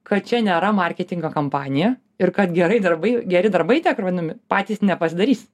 kad čia nėra marketingo kampanija ir kad gerai darbai geri darbai tie kur vadinami patys nepasidarys